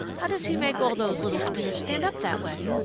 how does he make all those little spears stand up that way?